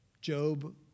Job